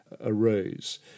arose